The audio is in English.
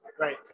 Right